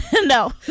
No